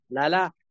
Lala